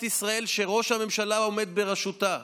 ישראל כשראש הממשלה עומד בראשותה,